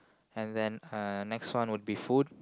and then uh next one would be food